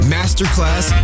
Masterclass